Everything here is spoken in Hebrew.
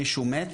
מישהו מת?